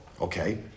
Okay